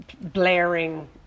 blaring